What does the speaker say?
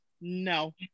No